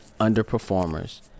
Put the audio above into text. underperformers